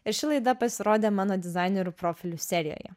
ir ši laida pasirodė mano dizainerių profilių serijoje